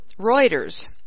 Reuters